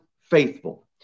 faithful